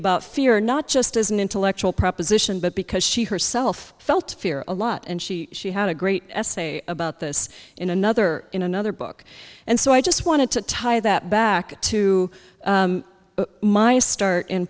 about fear not just as an intellectual proposition but because she herself felt fear a lot and she she had a great essay about this in another in another book and so i just wanted to tie that back to my start in